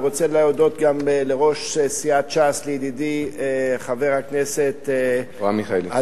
אני רוצה להודות גם לראש סיעת ש"ס, אברהם מיכאלי.